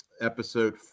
episode